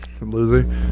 losing